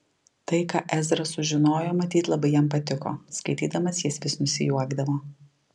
tai ką ezra sužinojo matyt labai jam patiko skaitydamas jis vis nusijuokdavo